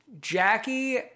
Jackie